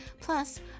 plus